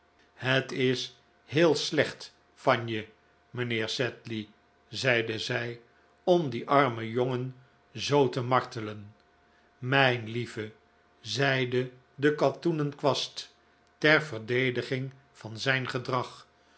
het is heel slecht van je mijnheer sedley zeide zij om dien armen jongen zoo te martelen mijn lieve zeide de katoenen kwast ter verdediging van zijn gedrag